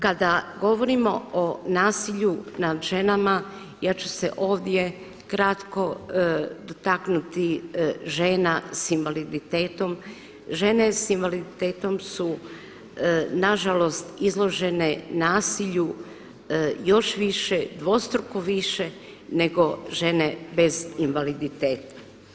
Kada govorimo o nasilju nad ženama ja ću se ovdje kratko dotaknuti žena s invaliditetom, žene s invaliditetom su nažalost izložene nasilju još više, dvostruko više nego žene bez invaliditeta.